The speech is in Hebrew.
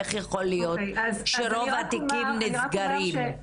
איך יכול להיות שרוב התיקים נסגרים?